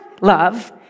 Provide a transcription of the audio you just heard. love